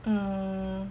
hmm